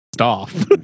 off